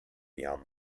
beyond